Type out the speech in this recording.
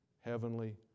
Heavenly